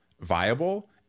viable